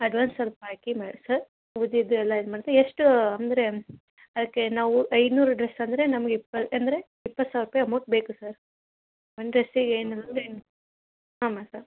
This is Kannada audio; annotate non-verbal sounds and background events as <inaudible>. ಅಡ್ವಾನ್ಸ್ ಸ್ವಲ್ಪ ಹಾಕಿ ಮೆ ಸರ್ ಉಳಿದಿದ್ದೆಲ್ಲ ಎಮೌಂಟು ಎಷ್ಟು ಅಂದರೆ ಅದಕ್ಕೆ ನಾವು ಐನೂರು ಡ್ರೆಸ್ ಅಂದರೆ ನಮ್ಗೆ ಇಪ್ಪತ್ತು ಅಂದರೆ ಇಪ್ಪತ್ತು ಸಾವಿರ ರೂಪಾಯಿ ಅಮೌಂಟ್ ಬೇಕು ಸರ್ ಒಂದು ಡ್ರೆಸ್ಸಿಗೆ <unintelligible> ಹಾಂ ಮ ಸರ್